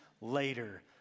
later